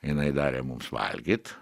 jinai darė mums valgyt